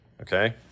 Okay